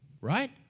Right